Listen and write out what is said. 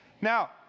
Now